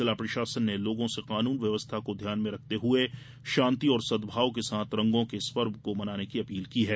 जिला प्रशासन ने लोगों से कानून व्यवस्था को ध्यान में रखते हुए शान्ति और सद्भाव के साथ रंगो के इस पर्व को मनाने की अपील की है